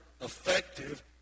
effective